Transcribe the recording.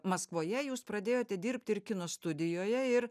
maskvoje jūs pradėjote dirbt ir kino studijoje ir